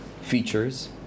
features